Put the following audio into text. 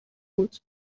بود